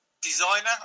Designer